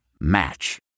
Match